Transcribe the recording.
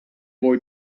boy